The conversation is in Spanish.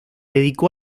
dedicó